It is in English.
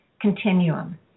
continuum